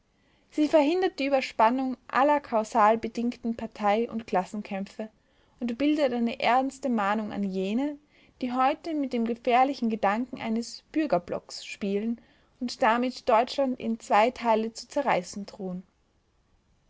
sie verhindert die überspannung aller kausal bedingten partei und klassenkämpfe und bildet eine ernste mahnung an jene die heute mit dem gefährlichen gedanken eines bürgerblocks spielen und damit deutschland in zwei teile zu zerreißen drohen